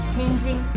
Changing